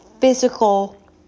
physical